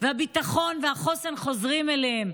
והביטחון והחוסן חוזרים אליהם.